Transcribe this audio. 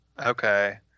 Okay